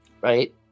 Right